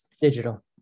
Digital